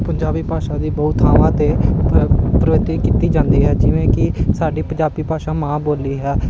ਪੰਜਾਬੀ ਭਾਸ਼ਾ ਦੀ ਬਹੁਤ ਥਾਵਾਂ 'ਤੇ ਕੀਤੀ ਜਾਂਦੀ ਹੈ ਜਿਵੇਂ ਕਿ ਸਾਡੀ ਪੰਜਾਬੀ ਭਾਸ਼ਾ ਮਾਂ ਬੋਲੀ ਹੈ